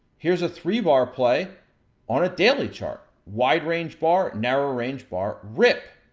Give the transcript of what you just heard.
here's a three bar play on a daily chart. wide range bar, narrow range bar, rip.